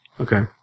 Okay